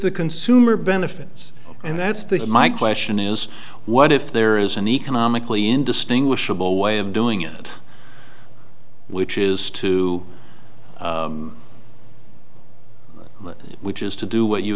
the consumer benefits and that's the my question is what if there is an economically indistinguishable way of doing it which is too much which is to do what you